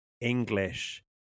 english